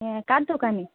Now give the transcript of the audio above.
হ্যাঁ কার দোকানে